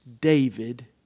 David